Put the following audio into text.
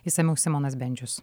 išsamiau simonas bendžius